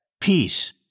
Peace